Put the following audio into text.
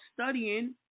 studying